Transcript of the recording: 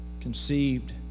conceived